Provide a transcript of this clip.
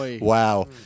Wow